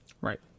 Right